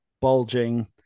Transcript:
bulging